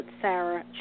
Sarah